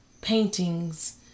Paintings